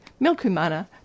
Milkumana